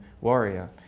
Warrior